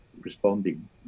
responding